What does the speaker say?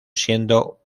siendo